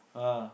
uh